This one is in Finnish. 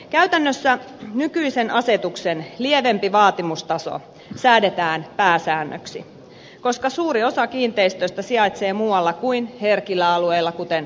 käytännössä nykyisen asetuksen lievempi vaatimustaso säädetään pääsäännöksi koska suuri osa kiinteistöistä sijaitsee muualla kuin herkillä alueilla kuten ranta alueilla